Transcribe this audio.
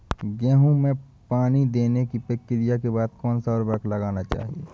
गेहूँ में पानी देने की प्रक्रिया के बाद कौन सा उर्वरक लगाना चाहिए?